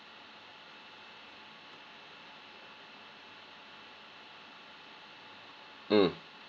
mm